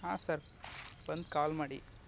ಹಾನ್ sir ಬಂದು call ಮಾಡಿ